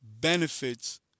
benefits